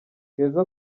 keza